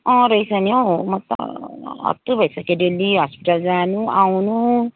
अँ रहेछ नि हो म त हत्तु भइसकेँ डेली हस्पिटल जानु आउनु